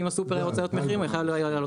אם הסופר רוצה להעלות מחיר יכול היה להעלות מחיר.